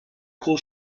cool